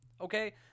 Okay